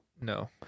No